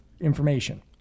information